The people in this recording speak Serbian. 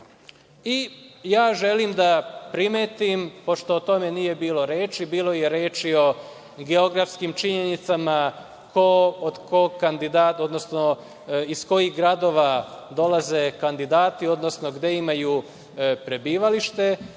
želim da primetim, pošto o tome nije bilo reči, bilo je reči o geografskim činjenicama, iz kojih gradova dolaze kandidati, odnosno gde imaju prebivalište,